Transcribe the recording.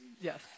Yes